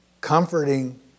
Comforting